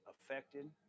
affected